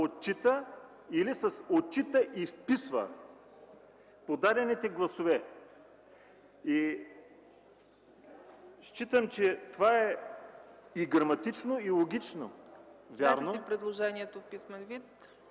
„отчита” или „отчита и вписва” подадените гласове. Считам, че това е и граматически, и логически вярно.